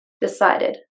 decided